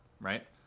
right